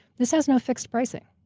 this has no fixed pricing.